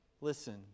listen